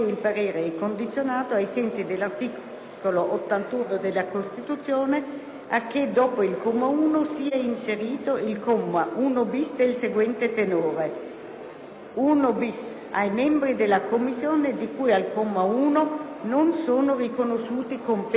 a che, dopo il comma 1, sia inserito il comma 1*-bis* del seguente tenore: ai membri della Commissione di cui al comma 1 non sono riconosciuti compensi o indennità».